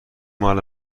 مال